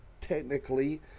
technically